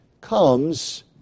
comes